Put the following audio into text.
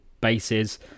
bases